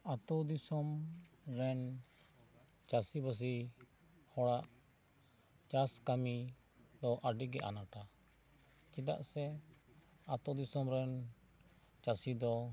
ᱟᱛᱳ ᱫᱤᱥᱚᱢ ᱨᱮᱱ ᱪᱟᱹᱥᱤ ᱵᱟᱹᱥᱤ ᱦᱚᱲᱟᱜ ᱪᱟᱥ ᱠᱟᱹᱢᱤ ᱫᱚ ᱟᱹᱰᱤ ᱜᱮ ᱟᱱᱟᱴᱟ ᱪᱮᱫᱟᱜ ᱥᱮ ᱟᱛᱳ ᱫᱤᱥᱚᱢ ᱨᱮᱱ ᱪᱟᱹᱥᱤ ᱫᱚ